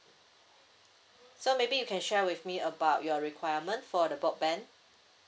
so maybe you can share with me about your requirement for the broadband